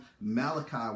Malachi